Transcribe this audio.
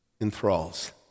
enthralls